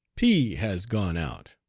p has gone out.